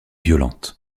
violente